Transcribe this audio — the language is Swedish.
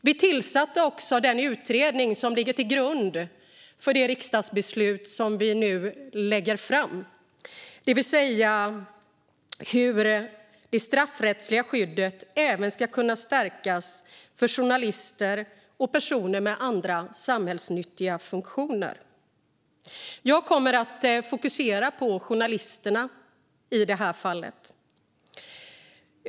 Vi tillsatte också den utredning som ligger till grund för det förslag till riksdagsbeslut som vi nu lägger fram och som handlar om att stärka det straffrättsliga skyddet för journalister och andra samhällsnyttiga funktioner. Jag kommer att fokusera på journalisterna i detta anförande.